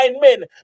men